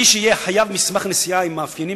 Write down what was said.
מי שיהיה חייב מסמך נסיעה עם מאפיינים